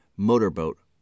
motorboat